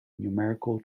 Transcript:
numerical